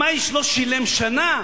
אם האיש לא שילם שנה,